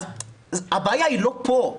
הבעיה לא פה,